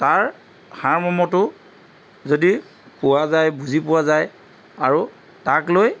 তাৰ হাৰ মমটো যদি পোৱা যায় বুজি পোৱা যায় আৰু তাক লৈ